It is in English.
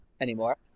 anymore